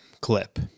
clip